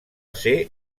ser